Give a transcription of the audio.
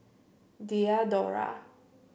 Diadora